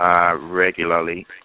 regularly